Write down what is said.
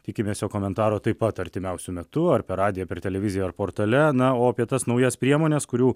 tikimės jo komentaro taip pat artimiausiu metu ar per radiją per televiziją ar portale na o apie tas naujas priemones kurių